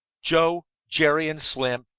joe, jerry and slim,